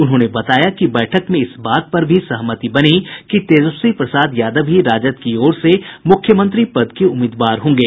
उन्होंने बताया कि बैठक में इस बात पर भी सहमति बनी कि तेजस्वी प्रसाद यादव ही राजद की ओर से मुख्यमंत्री पद के उम्मीदवार होंगे